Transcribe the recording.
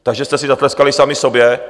Takže jste si zatleskali sami sobě.